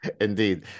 Indeed